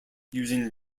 using